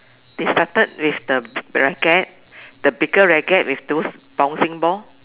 they started with the the racket the bigger racket with those bouncing ball